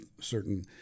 certain